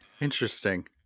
Interesting